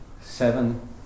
Seven